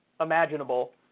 imaginable